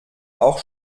auch